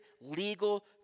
legal